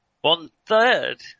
One-third